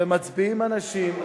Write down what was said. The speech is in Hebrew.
ומצביעים אנשים,